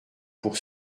pour